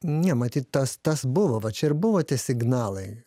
ne matyt tas tas buvo va čia ir buvo tie signalai